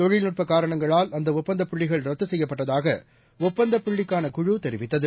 தொழில்நுட்பகாரணங்களால் அந்தஒப்பந்தப்புள்ளிகள் ரத்துசெய்யப்பட்டதாகஒப்பந்தப் புள்ளிக்கான குழு தெரிவித்தது